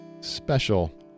special